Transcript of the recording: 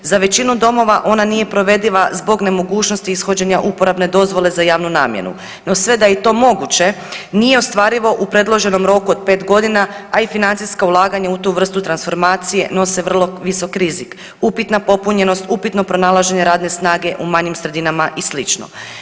Za većinu domova ona nije provediva zbog nemogućnosti izvođenja uporabne dozvole za javnu namjenu, no sve da je to i moguće nije ostvarivo u predloženom roku od pet godina, a i financijska ulaganja u tu vrstu transformacije nose vrlo visok rizik, upitana popunjenost, upitno pronalaženje radne snage u manjim sredinama i sl.